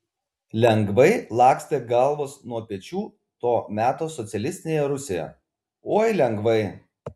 lengvai lakstė galvos nuo pečių to meto socialistinėje rusijoje oi lengvai